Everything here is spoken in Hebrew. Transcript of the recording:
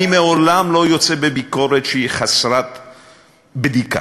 אני מעולם לא יוצא בביקורת שהיא חסרת בדיקה.